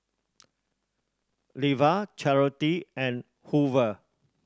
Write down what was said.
Levar Charity and Hoover